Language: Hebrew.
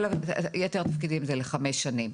כל יתר התפקידים זה לחמש שנים.